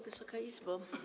Wysoka Izbo!